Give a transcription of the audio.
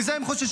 מזה הם חוששים.